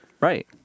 Right